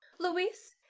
louis,